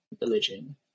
religion